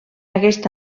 aquest